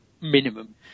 Minimum